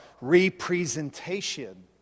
representation